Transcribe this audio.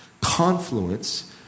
confluence